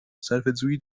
صرفهجویی